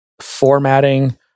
formatting